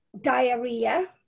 diarrhea